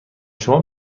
شما